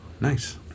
Nice